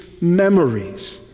memories